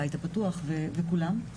הבית הפתוח וכולם.